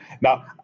now